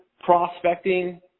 prospecting